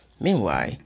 Meanwhile